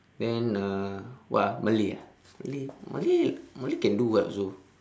then uh what ah malay ah malay malay malay can do [what] also